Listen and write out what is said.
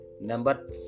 Number